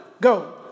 go